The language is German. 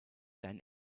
dein